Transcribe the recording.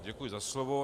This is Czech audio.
Děkuji za slovo.